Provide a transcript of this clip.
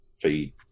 feed